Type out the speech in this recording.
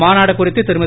மாநாடு குறித்து திருமதி